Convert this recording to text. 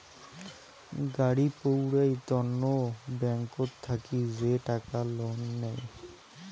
গাড়ি পৌরাই তন্ন ব্যাংকত থাকি যে টাকা লোন নেই